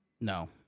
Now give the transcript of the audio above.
No